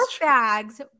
bags